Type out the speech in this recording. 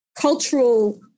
cultural